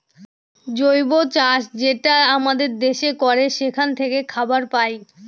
জৈব চাষ যেটা আমাদের দেশে করে সেখান থাকে খাবার পায়